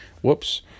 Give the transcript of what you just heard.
Whoops